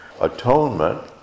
atonement